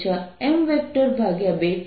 ω છે જે કોણીય વેગ માં ત્રિજ્યા સિવાય કંઈ નથી